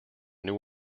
new